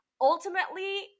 ultimately